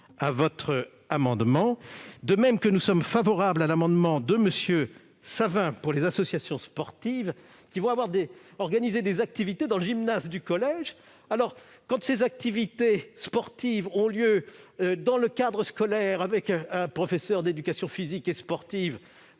favorable. De même, nous sommes favorables à l'amendement n° 1 rectifié concernant les associations sportives qui organisent des activités dans le gymnase du collège. Quand ces activités sportives ont lieu dans le cadre scolaire, avec un professeur d'éducation physique et sportive,